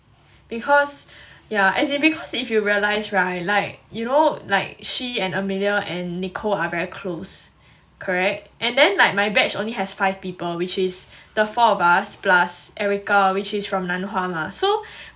because yeah as in because if you realize [right] like you know like she and amelia and nicole are very close correct and then like my batch only has five people which is the four of us plus erica which is from nan hua mah so